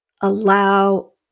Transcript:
allow